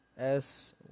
-S